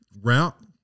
route